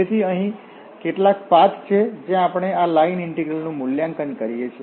તેથી અહીં કેટલાક પાથ છે જ્યાં આપણે આ લાઇન ઇન્ટીગ્રલ નું મૂલ્યાંકન કરીએ છીએ